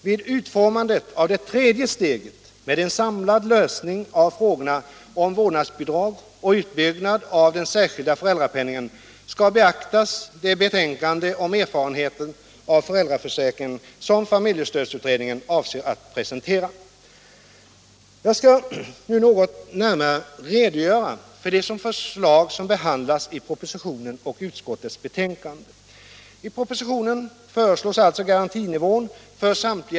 Vid utformandet av det tredje steget med en samlad lösning av frågorna om vårdnadsbidrag och utbyggnad av den särskilda föräldrapenningen skall beaktas det betänkande om erfarenheterna av föräldraförsäkringen som familjestödsutredningen avser att presentera. Jag skall nu något närmare redogöra för de förslag som behandlats i propositionen och i utskottets betänkande.